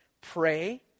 pray